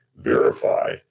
verify